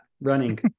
running